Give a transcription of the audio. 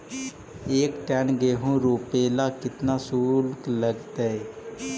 एक टन गेहूं रोपेला केतना शुल्क लगतई?